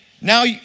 now